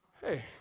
Hey